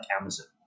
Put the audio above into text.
Amazon